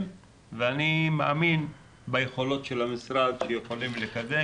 ואני מאמין ביכולות של המשרד שיכולים לקדם,